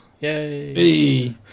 Yay